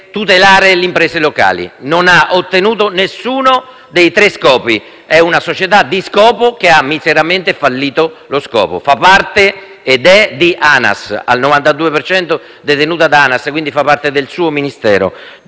tutelare le imprese locali: non ha ottenuto nessuno dei tre scopi. È una società di scopo che ha miseramente fallito lo scopo. È detenuta da ANAS al 92 per cento, quindi fa parte del suo Ministero.